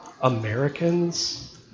Americans